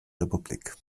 republik